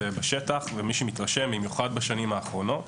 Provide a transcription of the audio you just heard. בשטח ומי שמתרשם במיוחד בשנים האחרונות,